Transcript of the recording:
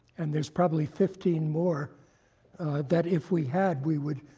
and there's probably fifteen more that if we had, we would